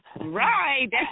Right